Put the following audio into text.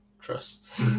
trust